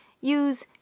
use